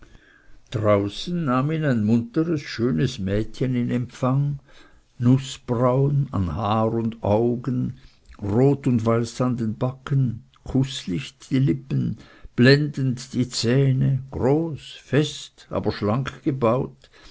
draußen nahm ihn ein munteres schönes mädchen in empfang nußbraun an haar und augen rot und weiß an den backen kußlicht die lippen blendend die zähne groß fest aber schlank gebaut